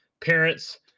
parents